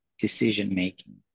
decision-making